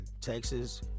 Texas